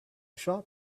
shop